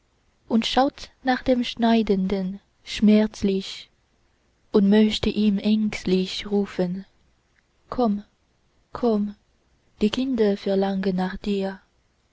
und schaut nach dem scheidenden schmerzlich und möchte ihm ängstlich rufen komm komm die kinder verlangen nach dir